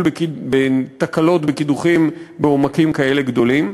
בתקלות בקידוחים בעומקים כאלה גדולים,